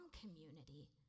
community